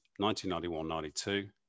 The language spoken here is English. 1991-92